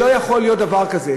לא יכול להיות דבר כזה,